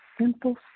simple